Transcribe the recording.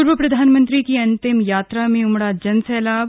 पूर्व प्रधानमंत्री की अंतिम यात्रा में उमड़ा जनसैलाब